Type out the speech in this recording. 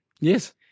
yes